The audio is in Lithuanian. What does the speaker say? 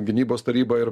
gynybos taryba ir